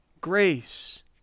grace